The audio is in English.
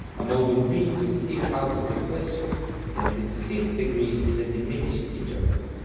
a mode on b was still out of the question since its fifth degree is a diminished interval.